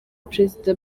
perezida